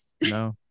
No